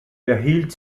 erhielt